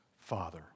Father